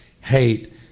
hate